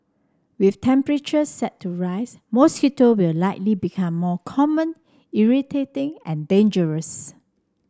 with temperatures set to rise mosquito will likely become more common irritating and dangerous